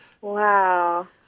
Wow